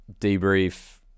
debrief